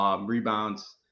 rebounds